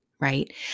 right